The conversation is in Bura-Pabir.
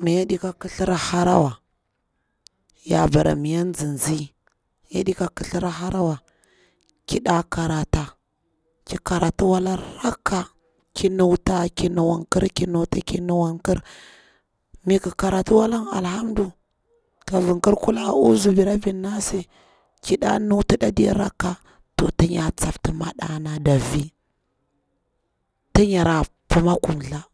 Mi yaɗi ko kithir harawa, ya bara mi ya tsitsi, yaɗi ka kithir hara wa ki dala krata, ki krata wala rakka, ki nuta, ki nuwinkir ki nuta ki nuwirkir, mi ki ka rata wala an alhamdu ka vinkir qulanzu bi rabbi nasi, i nɗa nuti nda diya rakka, to tin ya tsapti madana nati da vi tin yara pu makumtha,